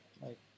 right